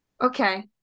okay